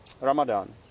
Ramadan